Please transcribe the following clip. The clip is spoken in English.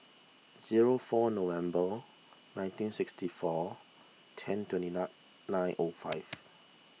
zero four November nineteen sixty four ten twenty nine nine O five